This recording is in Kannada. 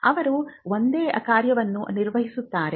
ಅವರು ಒಂದೇ ಕಾರ್ಯವನ್ನು ನಿರ್ವಹಿಸುತ್ತಾರೆ